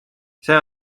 see